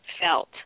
felt